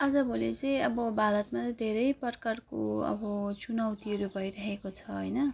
आजभोलि चाहिँ अब भारतमा चाहिँ धेरै प्रकारको अब चुनौतीहरू भइरहेको छ होइन